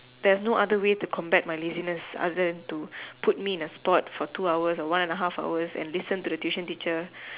there's no other way to combat my laziness other than to put me in a spot for two hours or one and a half hours and listen to the tuition teacher